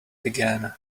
began